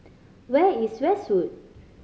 where is Westwood